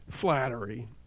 flattery